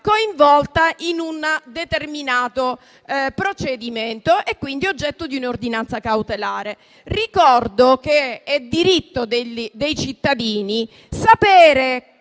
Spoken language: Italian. coinvolta in un determinato procedimento e quindi oggetto di un'ordinanza cautelare. Ricordo che è diritto dei cittadini sapere